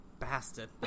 bastard